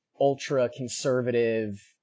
ultra-conservative